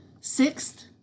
Sixth